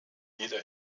jeder